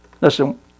Listen